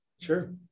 Sure